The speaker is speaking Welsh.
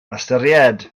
ystyried